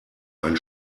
ein